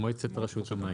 מועצת רשות המים.